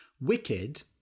Wicked